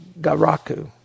Garaku